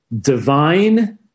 divine